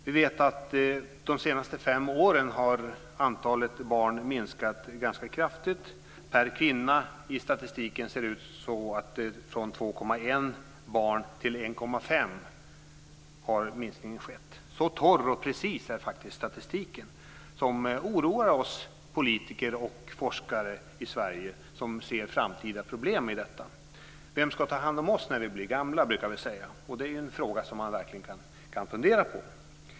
Vi vet att de senaste fem åren har antalet barn per kvinna minskat ganska kraftigt. Statistiken visar att det skett en minskning från 2,1 barn till 1,5. Så torr och precis är statistiken, som oroar oss politiker och forskare i Sverige som ser framtida problem i detta. Vi brukar säga: Vem ska ta hand om oss när vi blir gamla? Det är en fråga som man verkligen kan fundera på.